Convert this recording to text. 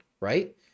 right